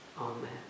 Amen